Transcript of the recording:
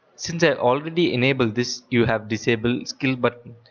since i have already enabled this you have disable skill button.